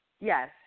Yes